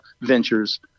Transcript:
ventures